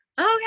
okay